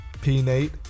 P-Nate